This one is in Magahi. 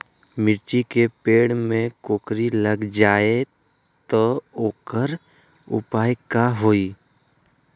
मिर्ची के पेड़ में कोकरी लग जाये त वोकर उपाय का होई?